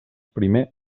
primer